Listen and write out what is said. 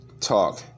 talk